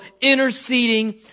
interceding